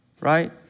right